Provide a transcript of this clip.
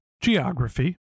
geography